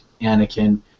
Anakin